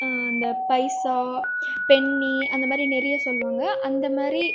இந்த பைசா பென்னி அந்த மாதிரி நிறைய சொல்லுவாங்க அந்த மாதிரி